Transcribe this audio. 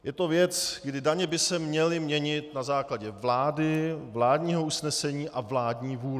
Je to věc, kdy daně by se měly měnit na základě vlády, vládního usnesení a vládní vůle.